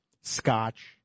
scotch